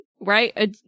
right